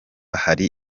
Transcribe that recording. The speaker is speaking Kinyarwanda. hari